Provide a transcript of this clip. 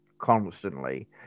Constantly